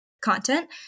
content